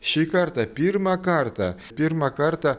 šį kartą pirmą kartą pirmą kartą